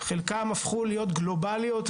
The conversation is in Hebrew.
חלקן הפכו להיות גלובליות.